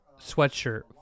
Sweatshirt